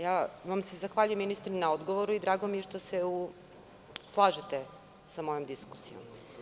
Ja vam se zahvaljujem ministre na odgovoru i drago mi je što se slažete sa mojom diskusijom.